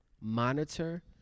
monitor